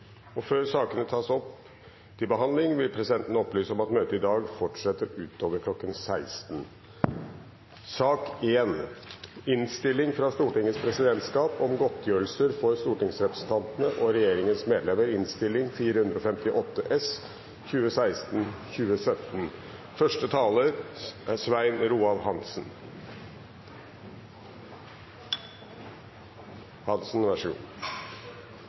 møte. Før sakene på dagens kart tas opp til behandling, vil presidenten opplyse om at møtet i dag fortsetter utover kl. 16. – Det anses vedtatt. : Presidentskapet legger i dag fram innstilling om reguleringen av godtgjørelsen for stortingsrepresentantene og regjeringens medlemmer.